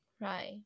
Right